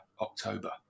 October